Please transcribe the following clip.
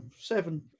seven